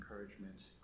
encouragement